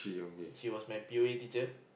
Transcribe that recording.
she was my P_O_A teacher